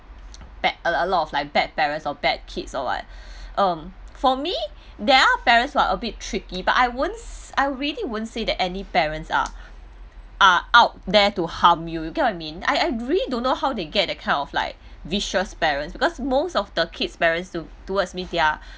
bad a a lot of like bad parents or bad kids or what um for me there are parents who are a bit tricky but I won't say I really won't say that any parents are are out there to harm you you get what I mean I I really don't know how they get that kind of like vicious parents because most of the kids parents to towards me their